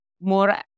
more